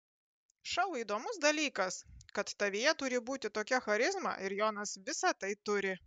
šou įdomus dalykas kad tavyje turi būti tokia charizma ir jonas visą tai turi